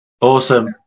awesome